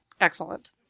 excellent